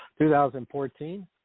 2014